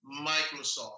Microsoft